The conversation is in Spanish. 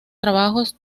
trabajos